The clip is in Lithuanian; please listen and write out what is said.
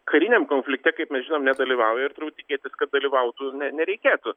kariniam konflikte kaip mes žinom nedalyvauja ir turbūt tikėtis kad dalyvautų ne nereikėtų